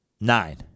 Nine